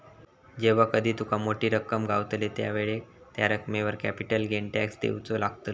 जेव्हा कधी तुका मोठी रक्कम गावतली त्यावेळेक त्या रकमेवर कॅपिटल गेन टॅक्स देवचो लागतलो